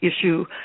issue